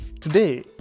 today